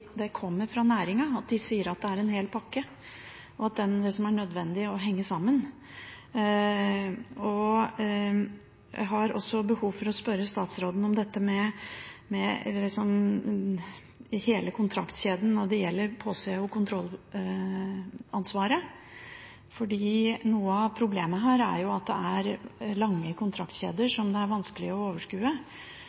det kommer fra næringa. De sier at det er en hel pakke, og at det er nødvendig at den henger sammen. Jeg har også behov for å spørre statsråden om dette med hele kontraktskjeden når det gjelder påse- og kontrollansvaret, fordi noe av problemet her er at det er lange kontraktskjeder som det er vanskelig å overskue.